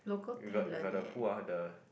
you got you got the who ah the